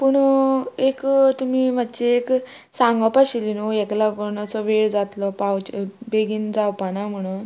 पुणून एक तुमी मातशें एक सांगप आशिल्ली न्हू हेका लागून असो वेळ जातलो पावचो बेगीन जावपाना म्हणून